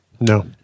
No